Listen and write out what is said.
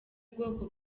bwoko